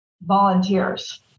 volunteers